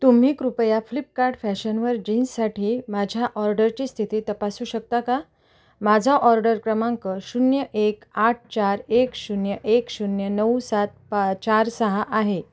तुम्ही कृपया फ्लिपकार्ट फॅशनवर जीन्ससाठी माझ्या ऑर्डरची स्थिती तपासू शकता का माझा ऑर्डर क्रमांक शून्य एक आठ चार एक शून्य एक शून्य नऊ सात पाच चार सहा आहे